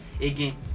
again